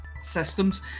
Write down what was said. systems